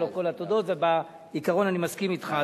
לו כל התודות ובעיקרון אני מסכים אתך.